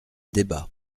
débat